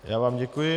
Já vám děkuji.